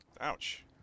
Ouch